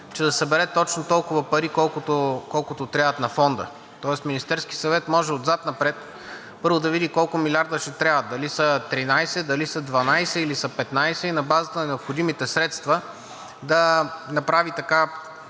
че да събере точно толкова пари, колкото трябват на Фонда. Тоест Министерският съвет може отзад напред, първо, да види колко милиарда ще трябват – дали са 13, дали са 12, или са 15? На базата на необходимите средства да направи така